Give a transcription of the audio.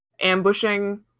ambushing